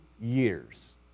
years